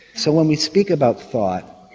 so when we speak about thought,